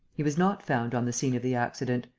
he was not found on the scene of the accident.